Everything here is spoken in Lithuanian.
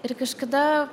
ir kažkada